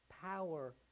power